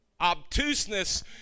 Obtuseness